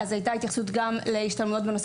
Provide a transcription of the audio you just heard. הייתה התייחסות גם להשתלמויות בנושא